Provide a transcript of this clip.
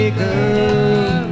girl